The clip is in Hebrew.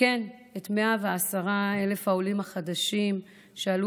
וכן את 110,000 העולים החדשים שעלו